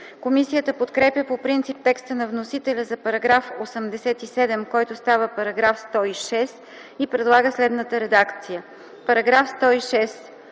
Комисията подкрепя по принцип текста на вносителя за § 87, който става § 106, и предлага следната редакция: „§ 106.